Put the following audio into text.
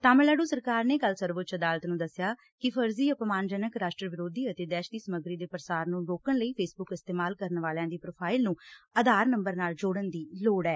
ਤਾਮਿਲਨਾਡੂ ਸਰਕਾਰ ਨੇ ਕੱਲ੍ਹ ਸਰਵਉੱਚ ਅਦਾਲਤ ਨੂੰ ਦਸਿਆ ਕਿ ਫਰਜ਼ੀ ਅਪਮਾਨਜਨਕ ਰਾਸ਼ਟਰ ਵਿਰੋਧੀ ਅਤੇ ਦਹਿਸ਼ਤੀ ਸਮੱਗਰੀ ਦੇ ਪ੍ਸਾਰ ਨੂੰ ਰੋਕਣ ਲਈ ਫੇਸ ਬੁੱਕ ਇਸਤੇਮਾਲ ਕਰਨ ਵਾਲਿਆਂ ਦੀ ਪ੍ਰੋਫਾਈਲ ਨੁੰ ਆਧਾਰ ਨੰਬਰ ਨਾਲ ਜੋੜਨ ਦੀ ਲੋੜ ਐ